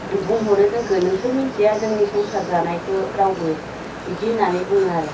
बुंहरो जोंखौ नोंसोरो मिनथिया जोंनि संसार जानायखौ रावबो बिदि होननानै बुङो आरो